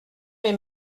mes